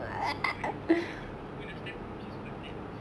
no but he confirm like eh you last time from swiss cottage